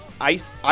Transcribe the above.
Ice